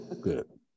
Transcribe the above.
Good